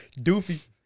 Doofy